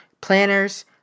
Planners